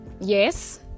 yes